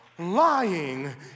lying